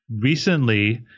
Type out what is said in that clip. Recently